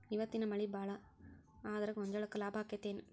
ಇವತ್ತಿನ ಮಳಿ ಭಾಳ ಆದರ ಗೊಂಜಾಳಕ್ಕ ಲಾಭ ಆಕ್ಕೆತಿ ಏನ್?